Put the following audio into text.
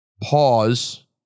pause